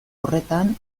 horretan